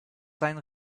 sein